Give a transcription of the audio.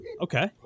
Okay